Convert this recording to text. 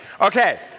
Okay